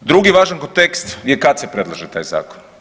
Drugi važan kontekst je kad se predlaže taj Zakon.